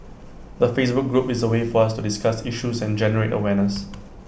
the Facebook group is A way for us to discuss issues and generate awareness